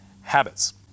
habits